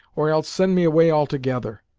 or else send me away altogether.